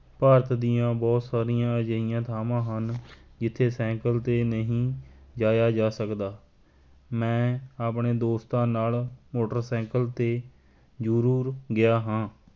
ਭਾਰਤ ਦੀਆਂ ਬਹੁਤ ਸਾਰੀਆਂ ਅਜਿਹੀਆਂ ਥਾਵਾਂ ਹਨ ਜਿੱਥੇ ਸਾਇਕਲ 'ਤੇ ਨਹੀਂ ਜਾਇਆ ਜਾ ਸਕਦਾ ਮੈਂ ਆਪਣੇ ਦੋਸਤਾਂ ਨਾਲ ਮੋਟਰਸਾਈਕਲ 'ਤੇ ਜ਼ਰੂਰ ਗਿਆ ਹਾਂ